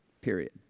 period